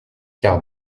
quart